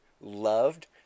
loved